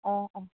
ꯑꯣ ꯑꯣ